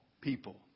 people